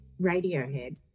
Radiohead